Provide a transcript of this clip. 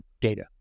data